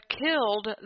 killed